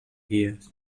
guies